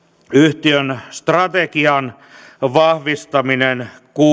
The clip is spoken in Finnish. yhtiön strategian vahvistaminen